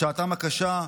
בשעתם הקשה,